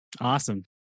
awesome